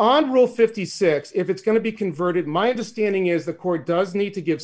andro fifty six if it's going to be converted my understanding is the court does need to give